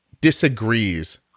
disagrees